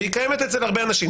והיא קיימת אצל הרבה אנשים,